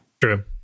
True